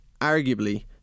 arguably